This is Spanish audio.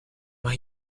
más